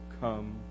come